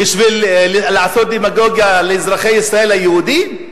בשביל לעשות דמגוגיה לאזרחי ישראל היהודים?